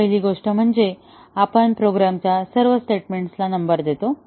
पहिली गोष्ट म्हणजे आपण प्रोग्रॅमच्या सर्व स्टेटमेंट्सला नंबर देतो